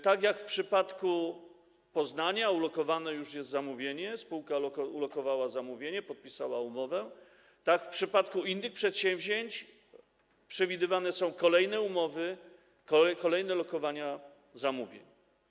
Tak jak w przypadku Poznania ulokowane już jest zamówienie, spółka ulokowała zamówienie, podpisała umowę, tak w przypadku innych przedsięwzięć przewidywane są kolejne umowy, kolejne lokowania zamówień.